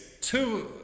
two